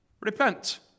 repent